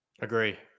Agree